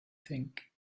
think